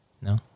No